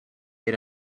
made